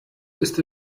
ist